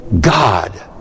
God